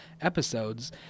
episodes